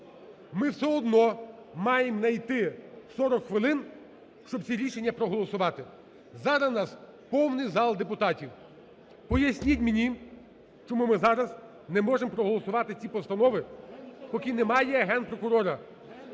Ми все одно маємо знайти 40 хвилин, щоб ці рішення проголосувати. Зараз в нас повний зал депутатів. Поясніть мені, чому ми зараз не можемо проголосувати ці постанови, поки немає Генпрокурора.